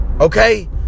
Okay